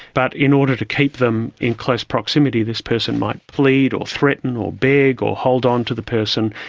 but in order to keep them in close proximity this person might plead or threaten or beg or hold onto the person.